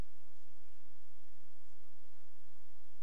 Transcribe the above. בשבת שלאחר מותו של מדחת יוסף,